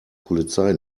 polizei